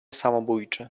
samobójczy